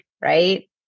right